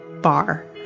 bar